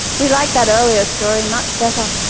we like that earlier story much better.